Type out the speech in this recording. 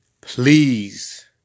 please